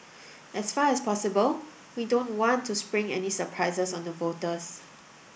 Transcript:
as far as possible we don't want to spring any surprises on the voters